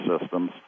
systems